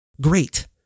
great